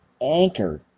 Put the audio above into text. Anchor